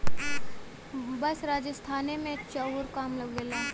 बस राजस्थाने मे चाउर कम उगेला